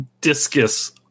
discus